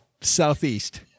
Southeast